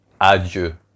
Adieu